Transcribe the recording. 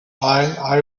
i—i